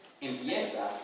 Empieza